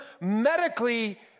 medically